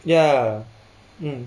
ya